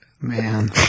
Man